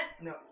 no